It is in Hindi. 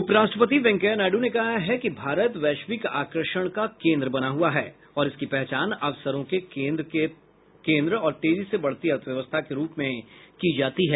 उपराष्ट्रपति वेंकैया नायडू ने कहा है कि भारत वैश्विक आकर्षण का केन्द्र बना हुआ है और इसकी पहचान अवसरों के केन्द्र और तेजी से बढ़ती अर्थव्यवस्था के रूप में की जाती है